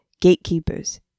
gatekeepers